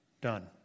done